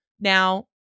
now